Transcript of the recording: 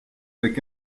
avec